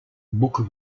booker